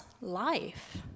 life